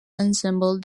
ensemble